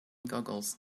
googles